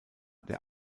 der